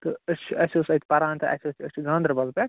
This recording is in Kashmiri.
تہٕ أسۍ چھِ اسہِ اوس اَتہِ پران تہٕ اسہِ اوس أسۍ چھِ گانٛدربل پٮ۪ٹھ